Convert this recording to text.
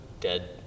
dead